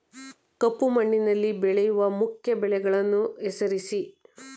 ಕಪ್ಪು ಮಣ್ಣಿನಲ್ಲಿ ಬೆಳೆಯುವ ಮುಖ್ಯ ಬೆಳೆಗಳನ್ನು ಹೆಸರಿಸಿ